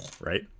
right